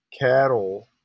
cattle